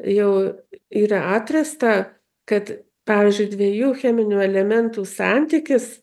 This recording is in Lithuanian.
jau yra atrasta kad pavyzdžiui dviejų cheminių elementų santykis